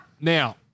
Now